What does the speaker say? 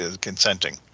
consenting